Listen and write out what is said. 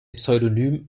pseudonym